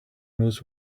knows